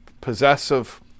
possessive